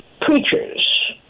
preachers